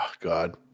God